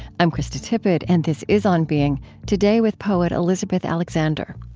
i'm krista tippett, and this is on being today, with poet elizabeth alexander.